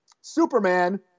Superman